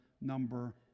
number